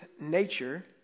nature